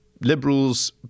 Liberals